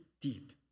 deep